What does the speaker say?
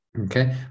Okay